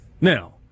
Now